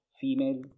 female